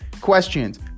Questions